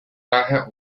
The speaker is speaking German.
daher